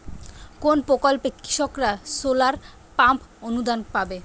কোন প্রকল্পে কৃষকরা সোলার পাম্প অনুদান পাবে?